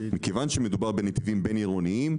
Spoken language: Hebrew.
מכיוון שמדובר בנתיבים בין-עירוניים,